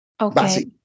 Okay